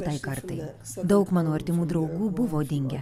tai kartai daug mano artimų draugų buvo dingę